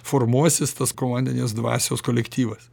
formuosis tas komandinės dvasios kolektyvas